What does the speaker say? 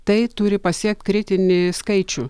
tai turi pasiekt kritinį skaičių